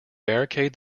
barricade